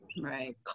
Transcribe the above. Right